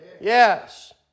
Yes